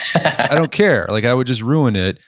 i don't care. like i would just ruin it.